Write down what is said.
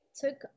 took